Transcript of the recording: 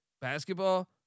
Basketball